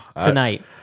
tonight